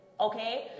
Okay